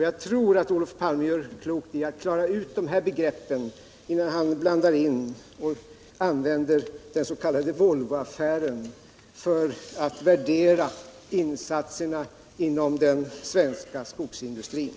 Jag tror att Olof Palme gör klokt i att klara ut de här begreppen innan han använder den s.k. Volvoaffären för att värdera insatserna inom den svenska skogsindustrin.